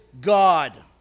God